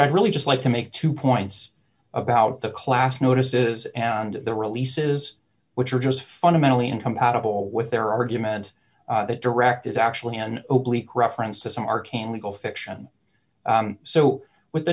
i really just like to make two points about the class notices and the releases which are just fundamentally incompatible with their argument that direct is actually an obelisk reference to some arcane legal fiction so what the